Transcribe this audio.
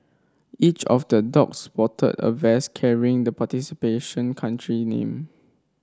each of the dog sported a vest carrying the participating country name